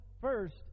first